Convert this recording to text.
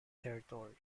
territory